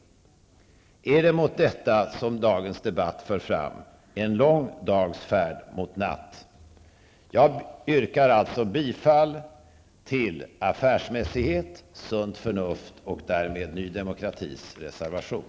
Är det mot detta som dagens debatt för fram -- en lång dags färd mot natt? Jag yrkar alltså bifall till affärsmässighet, sunt förnuft och därmed Ny Demokratis reservation.